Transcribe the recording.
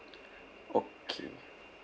okay